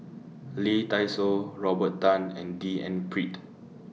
Lee Dai Soh Robert Tan and D N Pritt